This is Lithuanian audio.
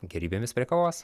gėrybėmis prie kavos